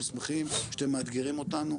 אנחנו שמחים שאתם מאתגרים אותנו,